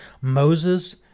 Moses